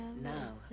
Now